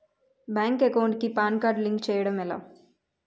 Bank account కి PAN card link చేయడం ఎలా?